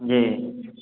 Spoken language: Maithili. जी